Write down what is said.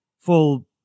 full